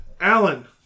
Alan